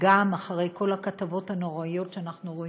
וגם אחרי כל הכתבות הנוראיות שאנחנו רואים,